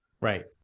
right